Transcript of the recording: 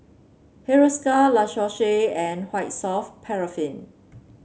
Hiruscar La Roche Porsay and White Soft Paraffin